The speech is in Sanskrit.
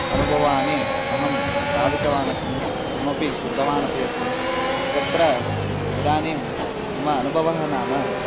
अनुभवान् अहं श्रावितवानस्मि अहमपि श्रुतवानपि अस्मि तत्र इदानीं मम अनुभवः नाम